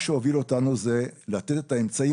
מה שהוביל אותנו זה לתת את האמצעים